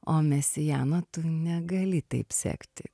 o mesiano tu negali taip sekti